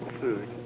food